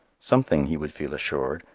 something, he would feel assured,